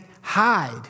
hide